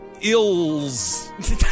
Ills